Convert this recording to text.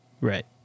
Right